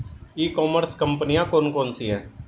ई commerce कंपनियाँ कौन कौन सी हैं?